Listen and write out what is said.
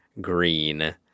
Green